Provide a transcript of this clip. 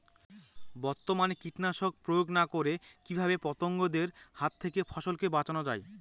বর্তমানে কীটনাশক প্রয়োগ না করে কিভাবে পতঙ্গদের হাত থেকে ফসলকে বাঁচানো যায়?